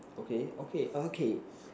okay okay ah K